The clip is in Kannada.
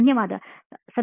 ಧನ್ಯವಾದ